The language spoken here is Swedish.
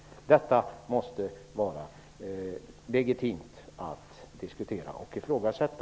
Det måste vara legitimt att diskutera detta.